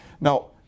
Now